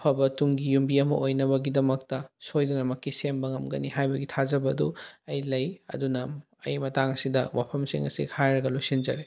ꯑꯐꯕ ꯇꯨꯡꯒꯤ ꯌꯨꯝꯕꯤ ꯑꯃ ꯑꯣꯏꯅꯕꯒꯤꯗꯃꯛꯇ ꯁꯣꯏꯗꯅꯃꯛꯀꯤ ꯁꯦꯝꯕ ꯉꯝꯒꯅꯤ ꯍꯥꯏꯕꯒꯤ ꯊꯥꯖꯕ ꯑꯗꯨ ꯑꯩ ꯂꯩ ꯑꯗꯨꯅ ꯑꯩ ꯃꯇꯥꯡ ꯑꯁꯤꯗ ꯋꯥꯐꯝꯁꯤꯡ ꯑꯁꯤ ꯍꯥꯏꯔꯒ ꯂꯣꯏꯁꯤꯟꯖꯔꯦ